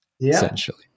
essentially